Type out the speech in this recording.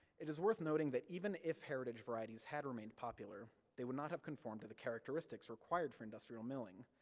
it is worth noting that even if heritage varieties had remained popular, they would not have conformed to the characteristics required for industrial milling.